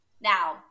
Now